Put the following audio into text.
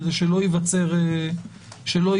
כדי שלא ייווצר הוואקום.